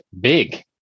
big